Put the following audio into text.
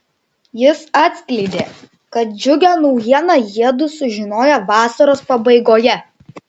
jis atskleidė kad džiugią naujieną jiedu sužinojo vasaros pabaigoje